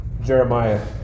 Jeremiah